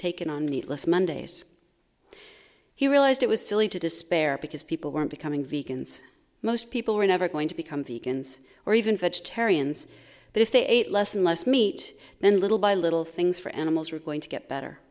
taken on needless mondays he realized it was silly to despair because people were becoming vegans most people were never going to become beacons or even vegetarians but if they ate less and less meat then little by little things for animals were going to get better